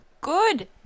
Good